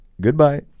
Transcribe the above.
Goodbye